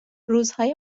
روزهای